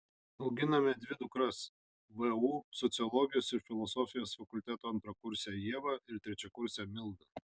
auginame dvi dukras vu sociologijos ir filosofijos fakulteto antrakursę ievą ir trečiakursę mildą